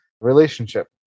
relationship